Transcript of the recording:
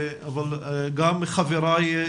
אבל גם חברי,